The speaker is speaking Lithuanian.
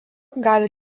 gali